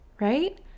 right